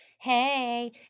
Hey